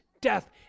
death